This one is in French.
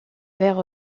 vert